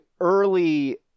early